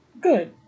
good